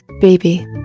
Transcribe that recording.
baby